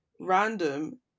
random